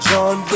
John